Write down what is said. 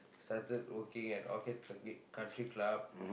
started working at Orchid c~ country club